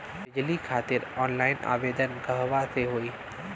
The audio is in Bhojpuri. बिजली खातिर ऑनलाइन आवेदन कहवा से होयी?